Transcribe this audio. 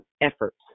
efforts